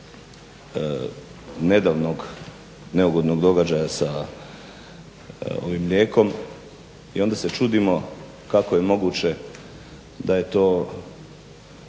nedavnog neugodnog događaja sa ovim mlijekom i onda se čudimo kako je moguće da je to